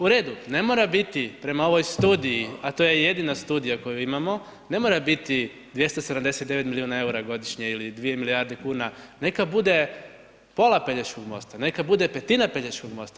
U redu, ne mora biti prema ovoj studiji, a to je jedina studija koju imamo, ne mora biti 279 milijuna eura godišnje ili 2 milijarde kuna, neka bude pola Pelješkog mosta, neko bude petina Pelješkog mosta.